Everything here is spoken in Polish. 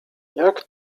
jak